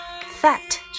Fat